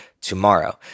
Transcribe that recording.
tomorrow